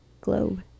globe